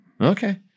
Okay